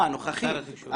אה, הנוכחי.